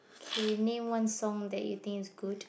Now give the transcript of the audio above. okay name one song that you think is good